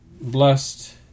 blessed